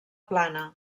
plana